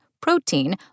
protein